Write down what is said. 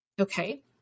Okay